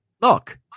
look